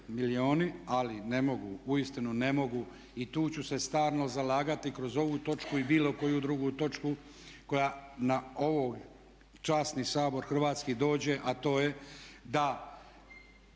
ali ne mogu, uistinu ne mogu i tu ću se stalno zalagati kroz ovu točku i bilo koju drugu točku koja na ovaj časni Sabor hrvatski dođe a to je da